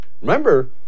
Remember